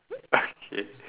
okay